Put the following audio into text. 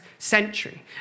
Century